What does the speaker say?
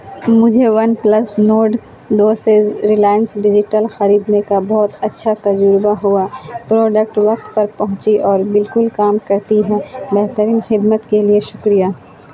مجھے OnePlus Nord دو سے ریلائنس ڈیجیٹل خریدنے کا بہت اچھا تجربہ ہوا پروڈکٹ وقت پر پہنچی اور بالکل کام کرتی ہے بہترین خدمت کے لیے شکریہ